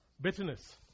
Bitterness